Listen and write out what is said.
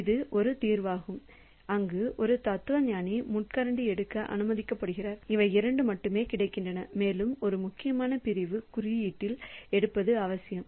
இது ஒரு தீர்வாகும் அங்கு ஒரு தத்துவஞானி முட்கரண்டி எடுக்க அனுமதிக்கப்படுகிறார் இவை இரண்டும் மட்டுமே கிடைக்கின்றன மேலும் ஒரு முக்கியமான பிரிவு குறியீட்டில் எடுப்பது அவசியம்